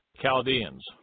Chaldeans